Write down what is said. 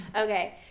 Okay